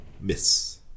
Miss